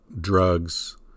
drugs